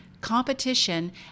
competition